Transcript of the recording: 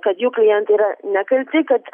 kad jų klientai yra nekalti kad